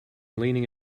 leaning